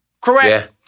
Correct